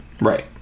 Right